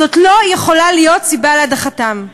זאת לא יכולה להיות סיבה להדחתם.